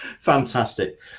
fantastic